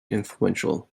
influential